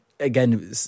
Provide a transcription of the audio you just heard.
Again